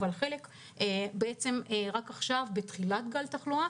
אבל חלק נמצאות רק עכשיו בתחילת גל התחלואה.